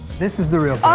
this is the real